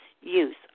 use